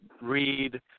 read